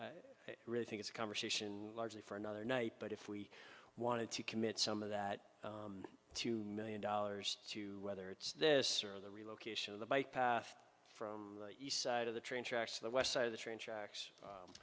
i really think it's a conversation largely for another night but if we wanted to commit some of that two million dollars to rather it's this or the relocation of the bike path from east side of the train tracks to the west side of the train